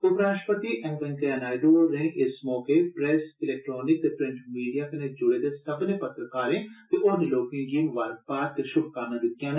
उपराश्ट्रपति एम वैंकेया नायडू होरें इस मौके प्रैस इलेक्ट्रानिक ते प्रिंट मीडिया कन्नै ज्डे दे सब्बनें पत्रकारें ते होरने लोकें गी ममारकबाद दे श्भकामनां दितियां न